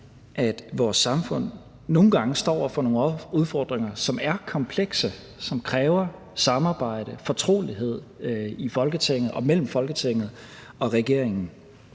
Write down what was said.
at vores samfund nogle gange står over for nogle udfordringer, som er komplekse, og som kræver samarbejde og fortrolighed i Folketinget og mellem Folketinget og regeringen.